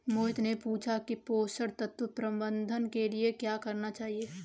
मोहित ने पूछा कि पोषण तत्व प्रबंधन के लिए क्या करना चाहिए?